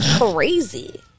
Crazy